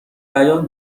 بیان